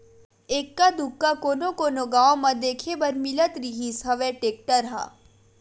एक्का दूक्का कोनो कोनो गाँव म देखे बर मिलत रिहिस हवय टेक्टर ह